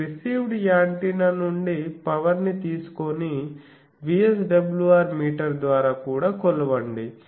మీరు received antenna నుండి power ని తీసుకొని VSWR మీటర్ ద్వారా కూడా కొలవండి